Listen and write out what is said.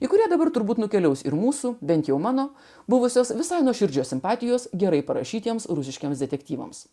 į kurią dabar turbūt nukeliaus ir mūsų bent jau mano buvusios visai nuoširdžios simpatijos gerai parašytiems rusiškiems detektyvams